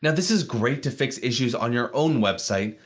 yeah this is great to fix issues on your own website,